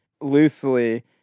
loosely